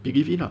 believe in lah